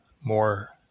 more